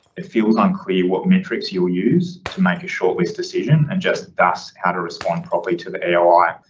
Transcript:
it feels unclear what metrics you will use to make a short list decision and just thus how to respond properly to the eoi.